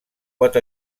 pot